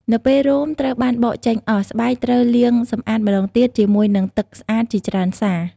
នៅពេលរោមត្រូវបានបកចេញអស់ ស្បែកត្រូវលាងសម្អាតម្តងទៀតជាមួយនឹងទឹកស្អាតជាច្រើនសា។